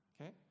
Okay